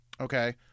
Okay